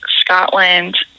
Scotland